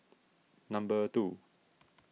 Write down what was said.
number two